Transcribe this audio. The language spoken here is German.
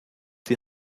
die